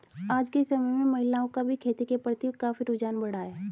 आज के समय में महिलाओं का भी खेती के प्रति काफी रुझान बढ़ा है